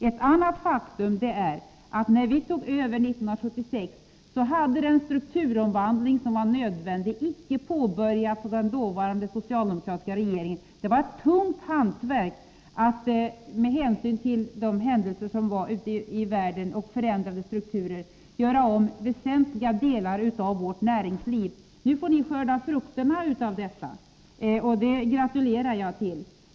Ett annat faktum är att när vi tog över 1976 hade den strukturomvandling som var nödvändig icke påbörjats av den dittillsvarande socialdemokratiska regeringen. Det var ett tungt hantverk på grund av händelserna ute i världen och de strukturförändringar som ägt rum att göra om väsentliga delar av vårt näringsliv. Nu får ni skörda frukterna av detta, och det gratulerar jag till.